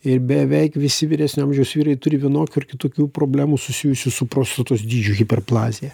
ir beveik visi vyresnio amžiaus vyrai turi vienokių ar kitokių problemų susijusių su prostatos dydžiu hiperplazija